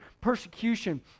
persecution